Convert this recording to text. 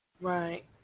Right